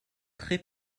très